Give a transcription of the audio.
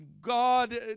God